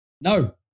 No